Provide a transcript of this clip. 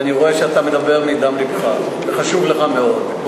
ואני רואה שאתה מדבר מדם לבך וזה חשוב לך מאוד.